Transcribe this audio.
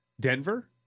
Denver